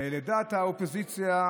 לדעת האופוזיציה,